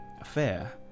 affair